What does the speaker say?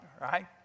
right